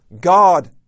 God